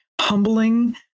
humbling